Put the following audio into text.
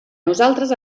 nosaltres